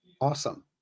Awesome